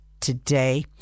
today